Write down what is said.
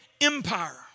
Empire